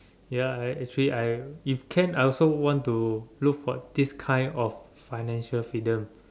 ya I actually I if can I also want to look for this kind of financial freedom